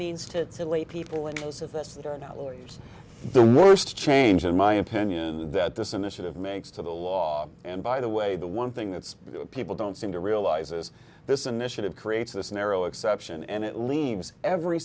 means to lay people and most of us that are not lawyers the worst change in my opinion that this initiative makes to the law and by the way the one thing that's people don't seem to realize is this initiative creates this narrow exception and it leaves every